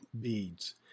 beads